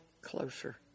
closer